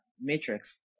Matrix